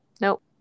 nope